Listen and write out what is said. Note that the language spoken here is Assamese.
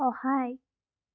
সহায়